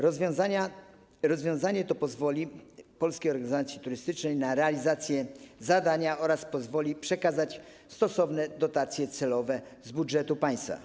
Rozwiązanie to pozwoli Polskiej Organizacji Turystycznej na realizację zadania, pozwoli też przekazać stosowne dotacje celowe z budżetu państwa.